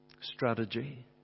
Strategy